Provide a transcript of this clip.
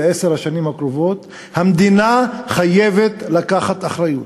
בעשר השנים הקרובות המדינה חייבת לקחת עליהן אחריות.